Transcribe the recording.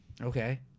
Okay